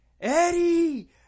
Eddie